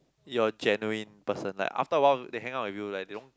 you're a genuine person like after a while they hang out with you like they don't